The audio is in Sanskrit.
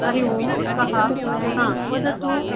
हरिः ओम् कः हाँ वदतु